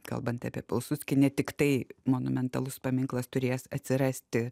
kalbant apie pilsudskį ne tiktai monumentalus paminklas turėjęs atsirasti